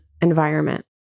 environment